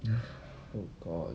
oh god